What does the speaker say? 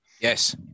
Yes